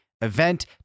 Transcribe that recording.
event